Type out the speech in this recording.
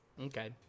Okay